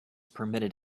permitted